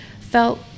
felt